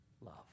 love